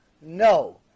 No